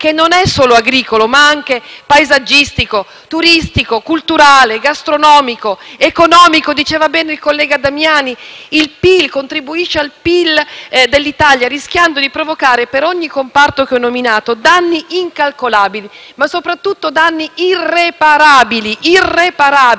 che non è solo agricolo ma anche paesaggistico, turistico, culturale, gastronomico, economico - come diceva bene il collega Damiani, contribuisce al PIL dell'Italia - rischiando di provocare per ogni comparto che ho nominato danni incalcolabili, ma soprattutto danni davvero irreparabili.